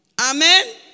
Amen